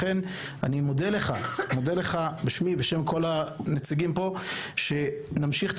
לכן אני מודה לך בשמי ובשם כל הנציגים כאן על כך שנמשיך את